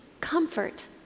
comfort